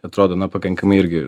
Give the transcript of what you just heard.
atrodo na pakankamai irgi